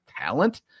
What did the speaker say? talent